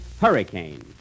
Hurricane